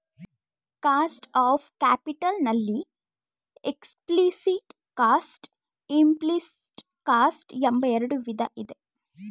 cost of capital ನಲ್ಲಿ explicit cost, implicit cost ಎಂಬ ಎರಡು ವಿಧ ಇದೆ